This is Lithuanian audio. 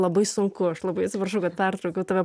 labai sunku aš labai atsiprašau kad pertraukiau tave